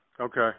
okay